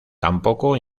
tampoco